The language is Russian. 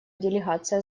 делегация